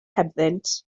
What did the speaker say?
hebddynt